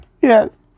Yes